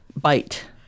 bite